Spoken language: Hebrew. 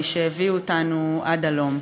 שהביאו אותנו עד הלום.